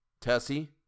Tessie